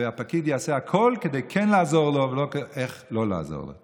והפקיד יעשה הכול כדי כן לעזור לו ולא איך לא לעזור לו.